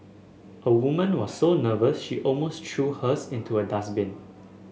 a woman was so nervous she almost threw hers into a dustbin